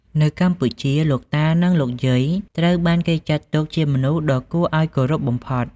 នៅកម្ពុជា លោកតា និងលោកយាយ ត្រូវបានគេចាត់ទុកជាមនុស្សដ៏គួរឱ្យគោរពបំផុត។